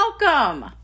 welcome